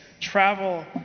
travel